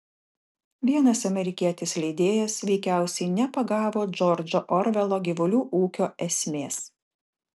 vienas amerikietis leidėjas veikiausiai nepagavo džordžo orvelo gyvulių ūkio esmės